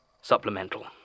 Supplemental